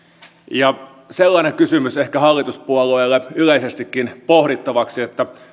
sellainen kysymys ehkä hallituspuolueille yleisestikin pohdittavaksi